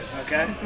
Okay